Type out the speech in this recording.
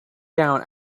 down